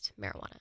marijuana